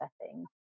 setting